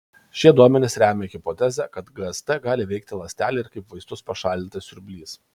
šie duomenys remia hipotezę kad gst gali veikti ląstelėje ir kaip vaistus pašalinantis siurblys